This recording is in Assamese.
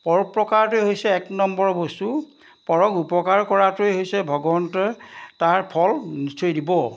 পৰোপকাৰটোৱে হৈছে এক নম্বৰ বস্তু পৰক উপকাৰ কৰাটোৱেই হৈছে ভগৱন্তই তাৰ ফল নিশ্চয় দিব